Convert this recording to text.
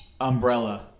Umbrella